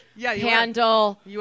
handle